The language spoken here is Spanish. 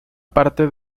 parte